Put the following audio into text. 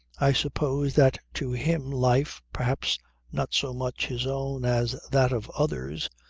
i suppose that to him life, perhaps not so much his own as that of others,